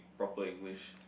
proper English